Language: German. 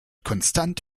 konstant